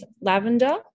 lavender